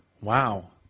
Wow